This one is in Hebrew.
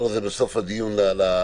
לעניין הזה בסוף הדיון.